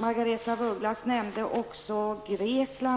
Margaretha af Ugglas nämnde också Grekland.